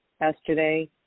yesterday